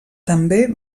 també